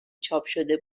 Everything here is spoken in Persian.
چاپشده